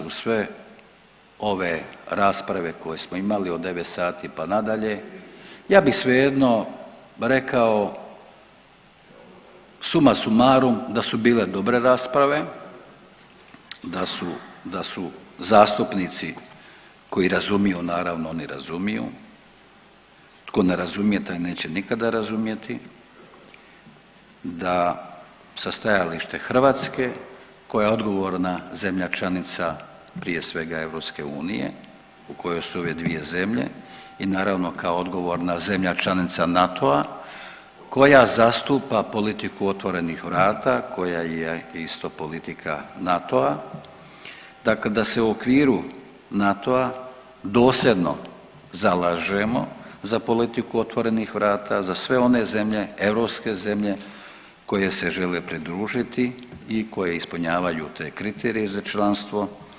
Uz sve ove rasprave koje smo imali od 9 sati pa nadalje, ja bih svejedno rekao suma sumarum da su bile dobre rasprave, da su zastupnici koji razumiju, naravno oni razumiju, tko ne razumije taj neće nikada razumjeti da sa stajališta Hrvatske koja je odgovorna zemlja članica prije svega Europske unije u kojoj su ove dvije zemlje i naravno kao odgovorna zemlja članica NATO-a koja zastupa politiku otvorenih vrata koja je isto politika NATO-a dakle da se u okviru NATO-a dosljedno zalažemo za politiku otvorenih vrata za sve one zemlje europske zemlje koje se žele pridružiti i koje ispunjavaju te kriterije za članstvo.